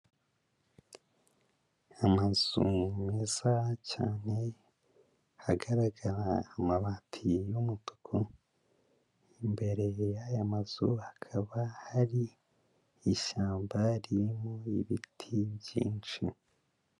Amazu meza cyane, ahagaragara amabati y'umutuku, imbere y'aya mazu hakaba hari ishyamba ririmo ibiti byinshi.